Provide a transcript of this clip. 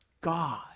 God